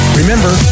remember